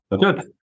Good